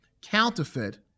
counterfeit